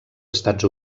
estats